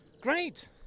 Great